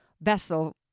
vessel